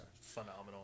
phenomenal